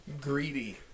Greedy